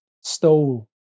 stole